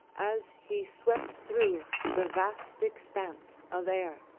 as he swept through the vast expanse of air.